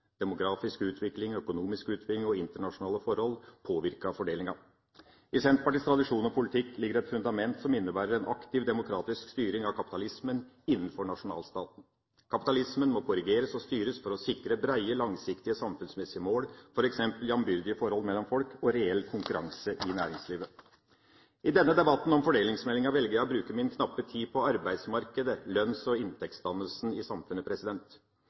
demografisk utvikling, økonomisk utvikling og internasjonale forhold påvirker fordelingen. I Senterpartiets tradisjon og politikk ligger et fundament som innebærer en aktiv demokratisk styring av kapitalismen innenfor nasjonalstaten. Kapitalismen må korrigeres og styres for å sikre brede, langsiktige samfunnsmessige mål, som f.eks. jambyrdige forhold mellom folk og reell konkurranse i næringslivet. I denne debatten om fordelingsmeldinga velger jeg å bruke min knappe tid på arbeidsmarkedet – lønns- og inntektsdannelsen i samfunnet.